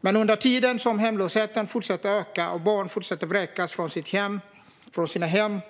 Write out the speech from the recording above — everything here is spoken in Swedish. Men under tiden som hemlösheten fortsätter att öka och barn fortsätter att vräkas från sina hem